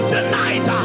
Tonight